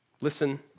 Listen